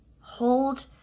hold